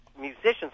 musicians